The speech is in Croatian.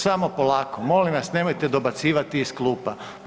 Samo polako, molim vas nemojte dobacivati iz klupa.